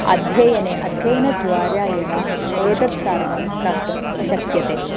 अध्ययने अध्ययनद्वारा एव एतत् सर्वं कर्तुं शक्यते